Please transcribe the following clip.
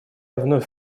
вновь